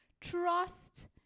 Trust